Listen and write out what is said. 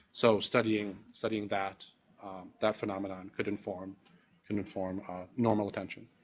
so studying studying that that phenomenon could inform and inform normal attention.